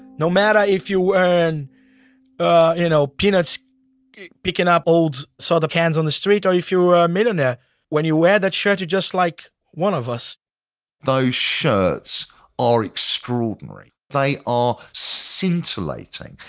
no matter if you earn and ah you know peanuts picking up old soda cans on the street or if you were a millionaire when you wear that shirt you're just like one of us those shirts are extraordinary. they are scintillating.